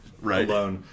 Right